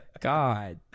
God